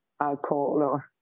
alcohol